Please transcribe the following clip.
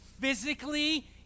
physically